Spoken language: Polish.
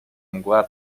mgła